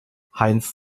heinz